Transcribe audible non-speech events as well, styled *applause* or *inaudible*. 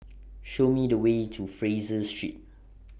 *noise* Show Me The Way to Fraser Street